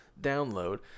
download